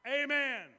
Amen